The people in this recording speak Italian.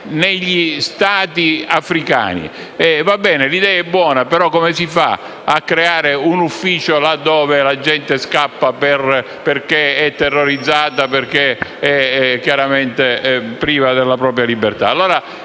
negli Stati africani. L'idea è buona, ma come si fa a creare un ufficio laddove la gente scappa perché è terrorizzato in quanto priva della propria libertà?